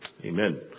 Amen